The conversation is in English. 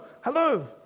hello